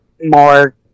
more